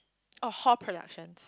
orh hall productions